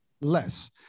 less